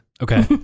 Okay